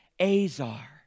Azar